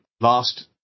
last